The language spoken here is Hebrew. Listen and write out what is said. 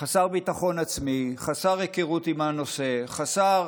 חסר ביטחון עצמי, חסר היכרות עם הנושא, חסר